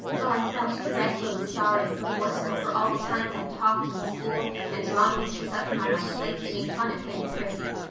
oh, i felt dreadfully sorry and remorseful for all the times i'd talked in school and drawn pictures of him on my slate and made fun of him and prissy.